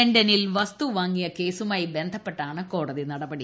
ലണ്ടനിൽ വസ്തു വാങ്ങിയ കേസുമായി ബന്ധപ്പെട്ടാണ് കോട്ട്തി നടപടി